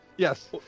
Yes